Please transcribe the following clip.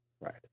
Right